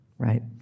Right